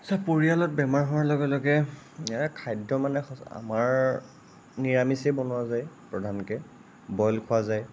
পৰিয়ালত বেমাৰ হোৱাৰ লগে লগে খাদ্য মানে আমাৰ নিৰামিষেই বনোৱা যায় প্ৰধানকৈ বইল খোৱা যায়